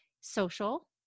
social